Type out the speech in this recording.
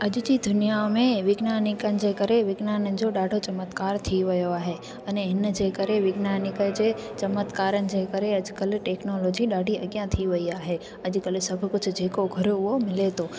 अॼु जी दुनिया में विज्ञान जे करे विज्ञनानि जो ॾाढो चमत्कार थी वियो आहे अने हिनजे करे विज्ञनानि जे चमत्कारनि जे करे अॼुकल्ह टैक्नोलॉजी ॾाढी अॻियां थी वई आहे अॼुकल्ह सभु कुझु जेको घुरो उहो मिले थो